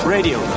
Radio